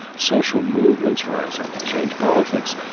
social movements rise up to change politics.